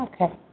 Okay